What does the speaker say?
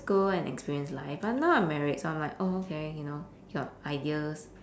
go and experienced life but now I'm married I'm like oh okay you know your ideals